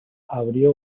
abrió